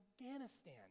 Afghanistan